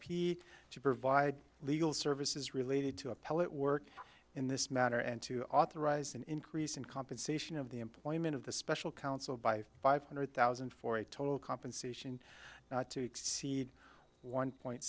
p to provide legal services related to appellate work in this matter and to authorize an increase in compensation of the employment of the special counsel by five hundred thousand for a total compensation to exceed one point